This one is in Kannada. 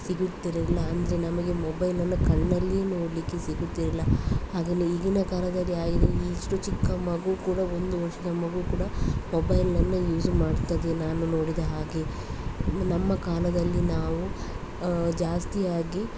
ಸಿಗುತ್ತಿರಲಿಲ್ಲ ಅಂದರೆ ನಮಗೆ ಮೊಬೈಲನ್ನು ಕಣ್ಣಲ್ಲಿ ನೋಡಲಿಕ್ಕೆ ಸಿಗುತ್ತಿರಲಿಲ್ಲ ಹಾಗೇನೆ ಈಗಿನ ಕಾಲದಲ್ಲಿ ಹಾಗಿಲ್ಲ ಇಷ್ಟು ಚಿಕ್ಕ ಮಗು ಕೂಡ ಒಂದು ವರ್ಷದ ಮಗು ಕೂಡ ಮೊಬೈಲನ್ನು ಯೂಸು ಮಾಡ್ತದೆ ನಾನು ನೋಡಿದ ಹಾಗೆ ನಮ್ಮ ಕಾಲದಲ್ಲಿ ನಾವು ಜಾಸ್ತಿಯಾಗಿ